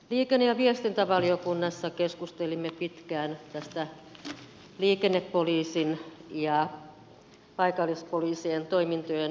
liikenne ja viestintävaliokunnassa keskustelimme pitkään tästä liikennepoliisin ja paikallispoliisien toimintojen yhdistämisestä